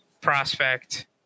prospect